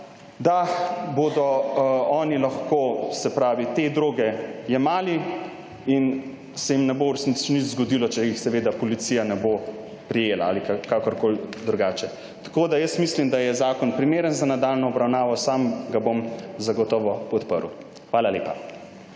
da bodo oni lahko se pravi te droge jemali in se jim ne bo v resnici nič zgodilo, če jih seveda policija ne bo prijela ali kakorkoli drugače. Tako da jaz mislim, da je zakon primeren za nadaljnjo obravnavo. Sam ga bom zagotovo podprl. Hvala lepa.